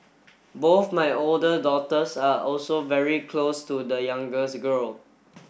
both my older daughters are also very close to the youngest girl